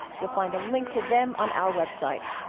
you'll find a link to them on our website